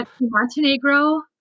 Montenegro